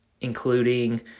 including